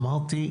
אמרתי,